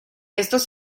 estos